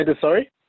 sorry